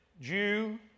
Jew